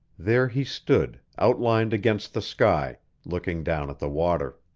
there he stood, outlined against the sky, looking down at the water.